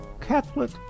Catholic